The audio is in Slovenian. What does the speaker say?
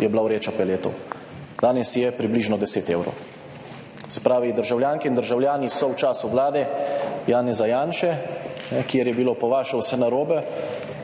je bila vreča peletov, danes je približno 10 evrov. Se pravi, državljanke in državljani so v času vlade Janeza Janše, kjer je bilo po vaše vse narobe,